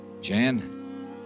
Jan